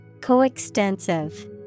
Coextensive